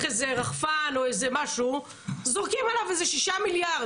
איזה רחפן או איזה משהו זורקים עליו איזה 6 מיליארד.